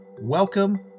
welcome